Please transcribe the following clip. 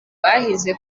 bahize